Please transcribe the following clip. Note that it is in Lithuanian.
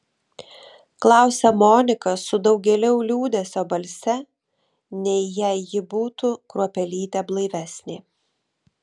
klausia monika su daugėliau lūkesio balse nei jei ji būtų kruopelytę blaivesnė